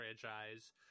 franchise